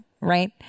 right